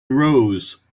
rows